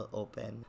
open